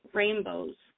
rainbows